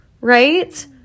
Right